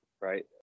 right